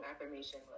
affirmation